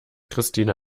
christina